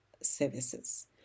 services